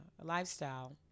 lifestyle